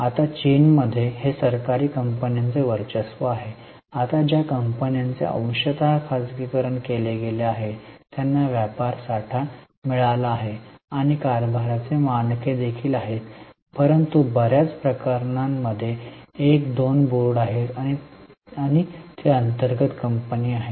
आता चीनमध्ये हे सरकारी कंपन्यांचे वर्चस्व आहे आता ज्या कंपन्यांचे अंशतः खाजगीकरण केले गेले आहे त्यांना व्यापार साठा मिळाला आहे आणि कारभाराचे मानके देखील आहेत परंतु बर्याच प्रकरणांमध्ये एक दोन बोर्ड आहेत आणि ती अंतर्गत कंपनी आहे